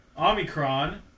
Omicron